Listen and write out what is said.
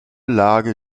lage